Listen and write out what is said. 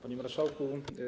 Panie Marszałku!